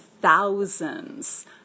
thousands